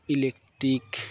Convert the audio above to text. electric